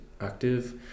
active